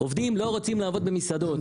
עובדים לא רוצים לעבוד במסעדות.